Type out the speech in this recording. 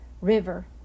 river